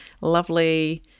lovely